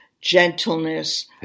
gentleness